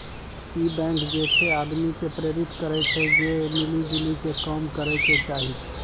इ बैंक जे छे आदमी के प्रेरित करै छै जे मिली जुली के काम करै के चाहि